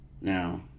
Now